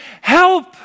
Help